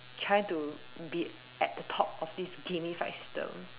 trying to be at the top of this gameified system